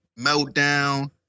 Meltdown